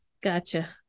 gotcha